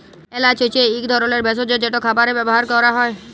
এল্যাচ হছে ইক ধরলের ভেসজ যেট খাবারে ব্যাভার ক্যরা হ্যয়